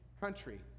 country